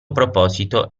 proposito